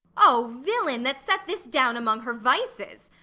o villain, that set this down among her vices!